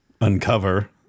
uncover